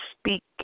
speak